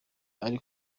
ari